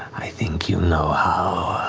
i think you know how.